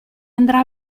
andrà